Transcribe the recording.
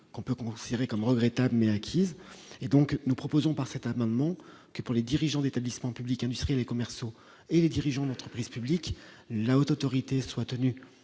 qu'on peut considérer comme regrettable mais et donc nous proposons par cet amendement, qui est pour les dirigeants d'établissements publics industriels et commerciaux et les dirigeants d'entreprises publiques, la Haute autorité soient tenus